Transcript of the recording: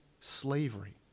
slavery